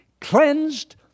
cleansed